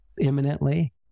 imminently